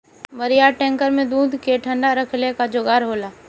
बड़ियार टैंकर में दूध के ठंडा रखले क जोगाड़ होला